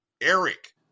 Eric